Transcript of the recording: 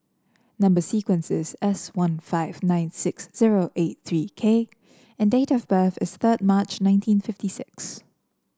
number sequence is S one five nine six zero eight three K and date of birth is third March nineteen fifty six